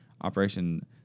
Operation